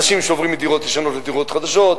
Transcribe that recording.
אנשים שעוברים מדירות ישנות לדירות חדשות,